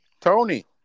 Tony